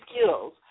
skills